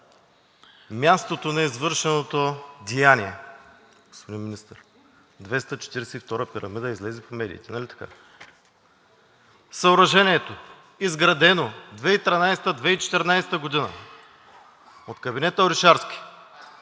Мястото на извършеното деяние, господин Министър, 242-ра пирамида излезе по медиите, нали така? Съоръжението, изградено 2013 – 2014 г. от кабинета Орешарски,